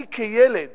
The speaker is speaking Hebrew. אני, כילד